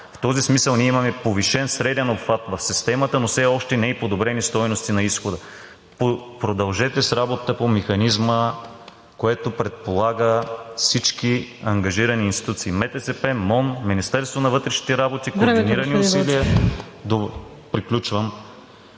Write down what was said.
В този смисъл ние имаме повишен среден обхват в системата, но все още не и подобрени стойности на изхода. Продължете с работата по механизма, което предполага всички ангажирани институции – МТСП, МОН, Министерството на вътрешните работи, координирани усилия… ПРЕДСЕДАТЕЛ